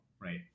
Right